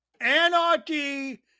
Anarchy